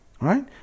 right